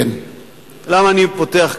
למה אני פותח כך,